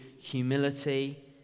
humility